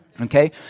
Okay